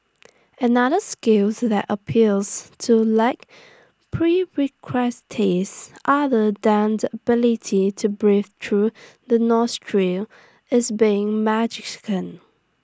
another skills that appears to lack prerequisites other than the ability to breathe through the nostril is being magician